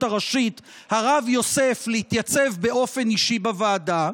הראשית הרב יוסף להתייצב באופן אישי בוועדה.